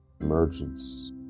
Emergence